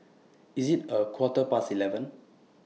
IS IT A Quarter Past eleven